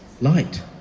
light